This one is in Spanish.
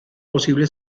posible